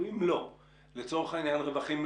שבה יוצגו למחוקק שינויים שנעשו בהליך חקיקה,